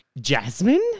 Jasmine